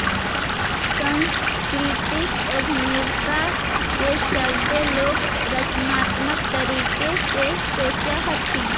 सांस्कृतिक उद्यमिता के चलते लोग रचनात्मक तरीके से सोचअ हथीन